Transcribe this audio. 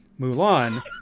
mulan